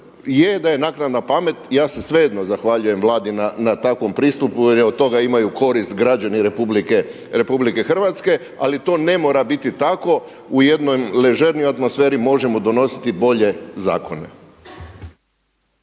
Je da je naknadna pamet, ja se svejedno zahvaljujem Vladi na takvom pristupu jer od toga imaju korist građani RH ali to ne mora biti tako. U jednoj ležernijom atmosferi možemo donositi bolje zakone.